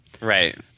Right